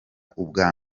ubwa